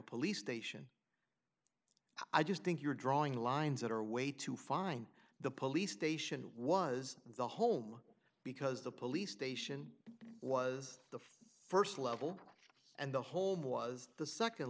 police station i just think you're drawing lines that are way too fine the police station was the home because the police station was the st level and the hold was the